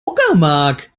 uckermark